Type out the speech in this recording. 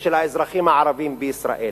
ושל האזרחים הערבים במדינת ישראל.